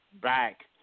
back